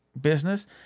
business